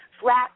Flat